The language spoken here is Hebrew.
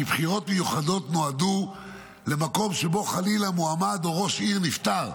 כי בחירות מיוחדות נועדו למקום שבו חלילה המועמד או ראש העירייה נפטר,